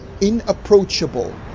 inapproachable